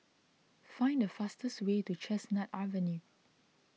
find the fastest way to Chestnut Avenue